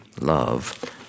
love